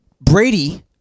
Brady